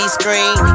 screen